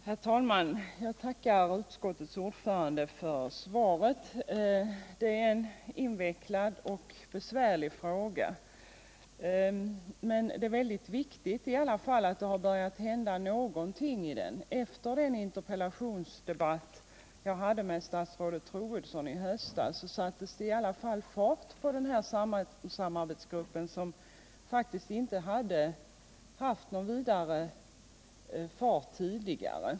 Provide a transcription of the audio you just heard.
Herr talman! Jag tackar utskottets ordförande för svaret. Detta är en invecklad cch besvärlig fråga. Det är värdefullt att det i alla fall har börjat hända någonting här. Efter den interpellationsdebatt som jag hade med statsrådet Troedsson i höstas satte man i alla fall fart på den här samarbetsgruppen, som faktiskt inte hade haft någon vidare fart tidigare.